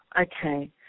okay